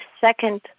second